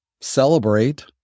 celebrate